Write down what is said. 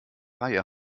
reihe